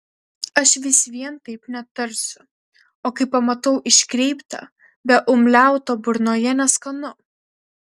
aš vis vien taip netarsiu o kai pamatau iškreiptą be umliauto burnoje neskanu